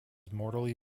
mortally